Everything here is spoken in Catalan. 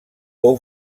fou